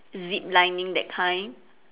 zip lining that kind